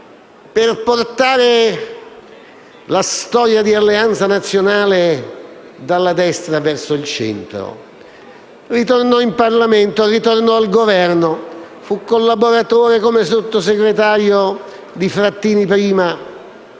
per portare la storia di Alleanza Nazionale dalla destra verso il centro. Ritornò in Parlamento e al Governo e fu collaboratore, come Sottosegretario, di Frattini prima